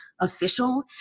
official